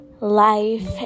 life